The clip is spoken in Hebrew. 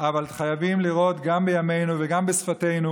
אבל חייבים לראות גם בימינו וגם בשפתנו